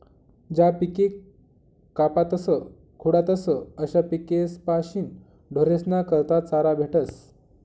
ज्या पिके कापातस खुडातस अशा पिकेस्पाशीन ढोरेस्ना करता चारा भेटस